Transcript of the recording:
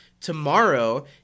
tomorrow